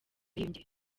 yiyongera